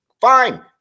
Fine